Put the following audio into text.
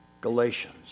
Galatians